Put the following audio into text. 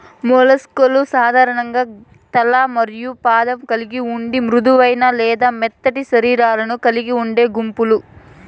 mollusc లు సాధారణంగా తల మరియు పాదం కలిగి ఉండి మృదువైన లేదా మెత్తటి శరీరాలను కలిగి ఉండే గుంపులు